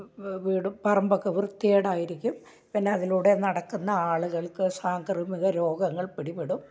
വീടും പറമ്പും ഒക്കെ വൃത്തികേടായിരിക്കും പിന്നെ അതിലൂടെ നടക്കുന്ന ആളുകൾക്ക് സാംക്രമിക രോഗങ്ങൾ പിടിപ്പെടും